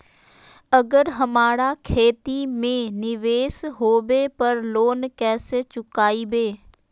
अगर हमरा खेती में निवेस होवे पर लोन कैसे चुकाइबे?